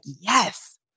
yes